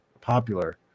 popular